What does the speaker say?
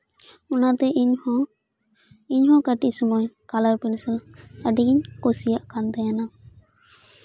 ᱚᱱᱟᱛᱮ ᱤᱧᱦᱚᱸ ᱤᱧᱦᱚᱸ ᱠᱟᱹᱴᱤᱪ ᱥᱚᱢᱚᱭ ᱠᱟᱞᱟᱨ ᱯᱮᱱᱥᱤᱞ ᱟᱹᱰᱤᱜᱤᱧ ᱠᱩᱥᱤᱭᱟᱜ ᱠᱟᱱ ᱛᱟᱦᱮ ᱱᱟ